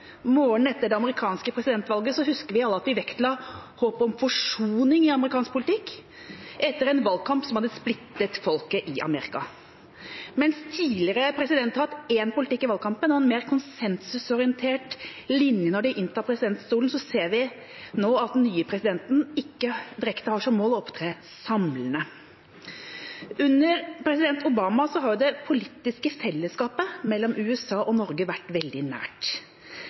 etter det amerikanske presidentvalget, husker vi alle at vi vektla håpet om forsoning i amerikansk politikk, etter en valgkamp som hadde splittet folket i Amerika. Mens tidligere presidenter har hatt én politikk i valgkampen og en mer konsensusorientert linje når de har inntatt presidentstolen, ser vi nå at den nye presidenten ikke direkte har som mål å opptre samlende. Under president Obama har det politiske fellesskapet mellom USA og Norge vært veldig nært.